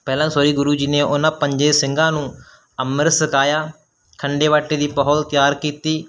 ਪਹਿਲਾਂ ਸੋਰੀ ਗੁਰੂ ਜੀ ਨੇ ਉਨ੍ਹਾਂ ਪੰਜ ਸਿੰਘਾਂ ਨੂੰ ਅੰਮ੍ਰਿਤ ਛਕਾਇਆ ਖੰਡੇ ਬਾਟੇ ਦੀ ਪਾਹੁਲ ਤਿਆਰ ਕੀਤੀ